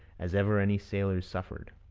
as ever any sailors suffered